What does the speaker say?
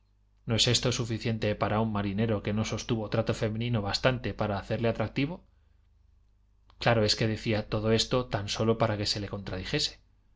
no es esto suficiente pana un marinero que no sostuvo trato femenino bastante para hacerle atractivo claro es que decía todo esto tan sólo para que se le contradijese